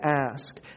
ask